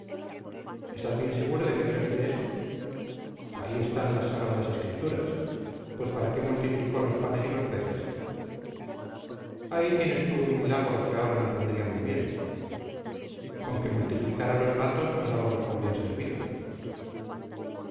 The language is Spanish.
estás bien seguro de que dios dice eso ahí están las sagradas escrituras pues para qué multiplicó los panes y los peces ahí tienes tú un milagro que ahora nos vendría muy bien con que multiplicara los gatos nos dábamos por bien servidos